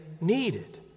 needed